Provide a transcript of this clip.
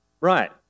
Right